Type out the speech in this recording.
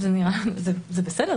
זה בסדר.